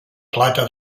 plata